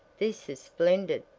this is splendid,